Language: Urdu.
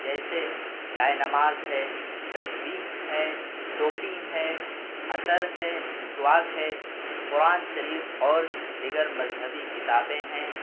جیسے جائے نماز ہے تسبیح ہے ٹوپی ہے عطر ہے مسواک ہے قرآن شریف اور دیگر مذہبی کتابیں ہیں